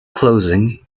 closing